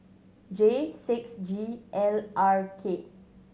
J six G L R K